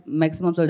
maximum